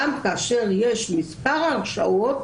גם כאשר יש מספר הרשעות,